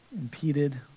impeded